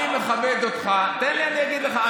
אני מכבד אותך, תן לי, אני אגיד לך.